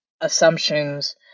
assumptions